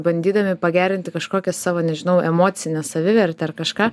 bandydami pagerinti kažkokią savo nežinau emocinę savivertę ar kažką